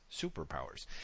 superpowers